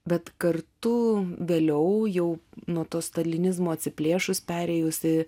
bet kartu vėliau jau nuo to stalinizmo atsiplėšus perėjusi